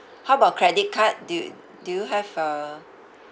how about credit card do you do you have a